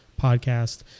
podcast